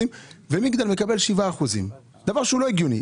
ומגדל מקבל 7%. זה דבר לא הגיוני.